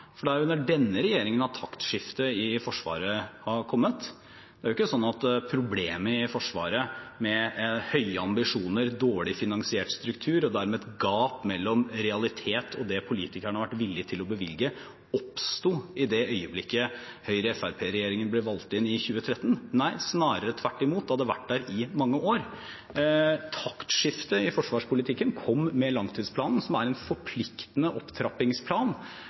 under denne regjeringen at taktskiftet i Forsvaret har kommet. Det er jo ikke sånn at problemet i Forsvaret – høye ambisjoner, dårlig finansiert struktur og dermed et gap mellom realitet og det politikerne har vært villige til å bevilge – oppsto i det øyeblikket Høyre–Fremskrittsparti-regjeringen ble valgt inn i 2013. Snarere tvert imot, det hadde vært der i mange år. Taktskiftet i forsvarspolitikken kom med langtidsplanen, som er en forpliktende opptrappingsplan,